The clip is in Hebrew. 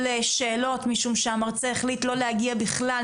שאלות משום שהמרצה החליט לא להגיע בכלל,